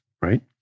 right